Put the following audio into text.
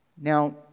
Now